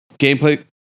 Gameplay